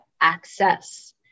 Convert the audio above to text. access